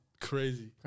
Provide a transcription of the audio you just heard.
Crazy